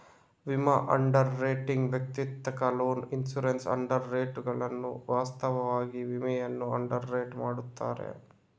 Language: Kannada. ವಿಮಾ ಅಂಡರ್ ರೈಟಿಂಗ್ ವೈಯಕ್ತಿಕ ಲೈನ್ಸ್ ಇನ್ಶೂರೆನ್ಸ್ ಅಂಡರ್ ರೈಟರುಗಳು ವಾಸ್ತವವಾಗಿ ವಿಮೆಯನ್ನು ಅಂಡರ್ ರೈಟ್ ಮಾಡುತ್ತಾರೆ